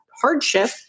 hardship